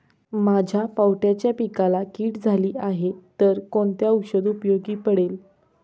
माझ्या पावट्याच्या पिकाला कीड झाली आहे तर कोणते औषध उपयोगी पडेल?